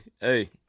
Hey